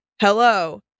hello